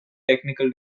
technical